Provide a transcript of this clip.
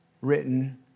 written